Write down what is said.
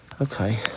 Okay